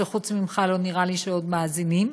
כי חוץ ממך לא נראה לי שעוד מאזינים,